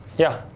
yeah?